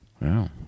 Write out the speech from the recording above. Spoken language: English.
Wow